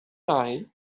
معي